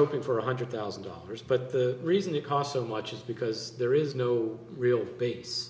hoping for one hundred thousand dollars but the reason it cost so much is because there is no real base